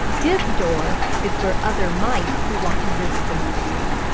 his door is for other mice who want to visit the museum.